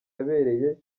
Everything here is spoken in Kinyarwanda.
yabereye